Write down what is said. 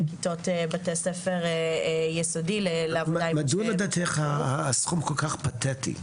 לכיתות בתי ספר יסודי --- מדוע לדעתך הסכום כל כך פתטי?